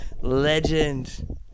Legend